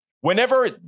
Whenever